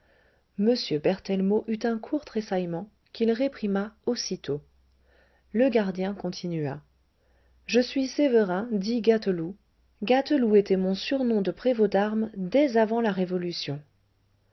h bertbellemot eut un court tressaillement qu'il réprima aussitôt le gardien continua je suis sévérin dit gâteloup gâteloup était mon surnom de prévôt d'armes dès avant la révolution